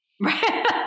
Right